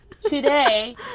today